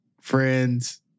Friends